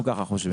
כך אנחנו חושבים.